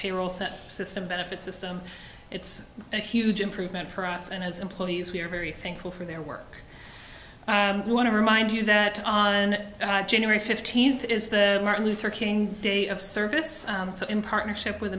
payrolls that system benefits system it's a huge improvement for us and as employees we're very thankful for their work we want to remind you that on january fifteenth is the martin luther king day of service so in partnership with